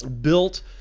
built